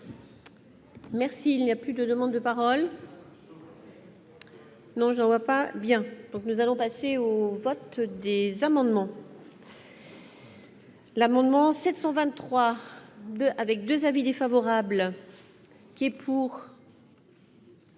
Merci, il n'y a plus de demandes de parole. Non, je ne vois pas bien, donc nous allons passer au vote des amendements. L'amendement 723 2 avec 2 avis défavorables qui est pour.